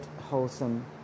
wholesome